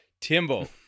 timbo